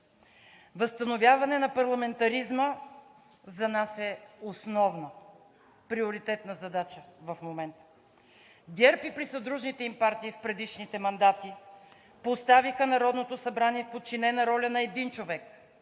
Възстановяване на парламентаризма за нас е основна приоритетна задача в момента. ГЕРБ и присъдружните им партии в предишните мандати поставиха Народното събрание в подчинена роля на един човек